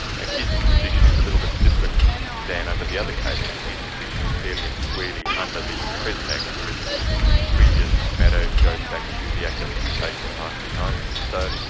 and his position is a little bit different than under the other case, because his position is fairly and squarely under the present act, whereas the previous matter goes back to the act that was in place in the nineteen ninety so